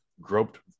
groped